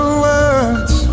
words